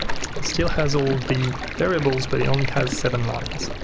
it still has all the variables but it only has seven lines.